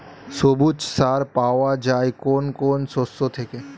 সবুজ সার পাওয়া যায় কোন কোন শস্য থেকে?